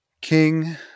King